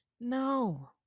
No